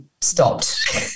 stopped